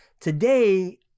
today